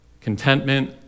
Contentment